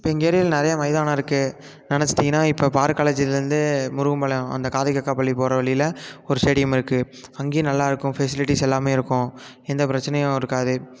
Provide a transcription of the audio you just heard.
இப்போ எங்கள் ஏரியாவில் நிறைய மைதானம் இருக்குது நினச்சிட்டிங்கன்னா இப்போ பாரத் காலேஜ்லேருந்து முருங்கம்பாளையம் அந்த காதைகாக்காப்பள்ளி போகிற வழியில ஒரு ஸ்டேடியம் இருக்குது அங்கேயும் நல்லாயிருக்கும் ஃபெசிலிட்டிஸ் எல்லாமே இருக்கும் எந்த பிரச்சனையும் இருக்காது